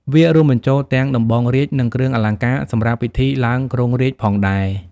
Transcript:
វារួមបញ្ចូលទាំងដំបងរាជ្យ និងគ្រឿងអលង្ការសម្រាប់ពិធីឡើងគ្រងរាជ្យផងដែរ។